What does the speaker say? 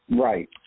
right